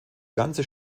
ganze